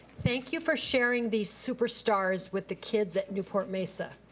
thank you for sharing these super stars with the kids at newport-mesa.